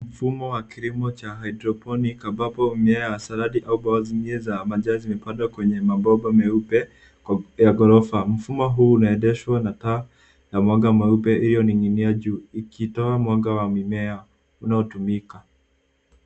Mfumo wa kilimo cha hydroponic ambapo mimea wa salad au mengine ya majani zimepandwa kwa mabomba meupe ya ghorofa. Mfumo huu unaendeshwa na taa na mwanga mweupe ulioninginia juu ikitoa mwanga wa mimea unaotumika.